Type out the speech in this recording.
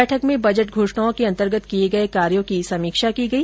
बैठक में बजट घोषणाओं के अंतर्गत किये गये कार्यों की समीक्षा की गई